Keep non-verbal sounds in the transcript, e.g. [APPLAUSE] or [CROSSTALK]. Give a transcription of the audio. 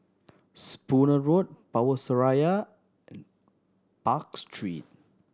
Spooner Road Power Seraya [UNINTELLIGIBLE] Park Street